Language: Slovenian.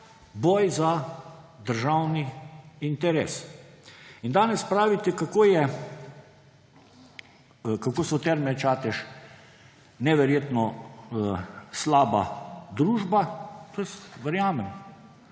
boj za državni interes. In danes pravite, kako so Terme Čatež neverjetno slaba družba. To jaz verjamem.